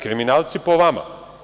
Kriminalci, po vama.